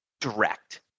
direct